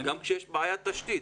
גם כשיש בעיית תשתית.